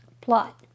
Plot